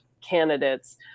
candidates